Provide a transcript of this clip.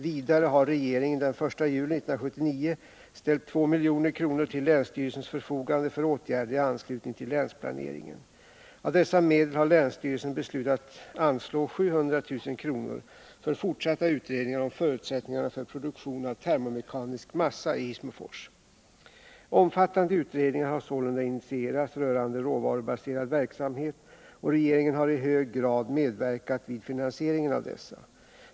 Vidare har regeringen den 1 juli 1979 ställt 2 milj.kr. till länsstyrelsens förfogande för åtgärder i anslutning till länsplaneringen. Av dessa medel har länsstyrelsen beslutat anslå 700 000 kr. för fortsatta utredningar om förutsättningarna för produktion av termomekanisk massa i Hissmofors. Omfattande utredningar har sålunda initierats rörande råvarubaserad verksamhet, och regeringen har i hög grad medverkat vid finansieringen av dessa.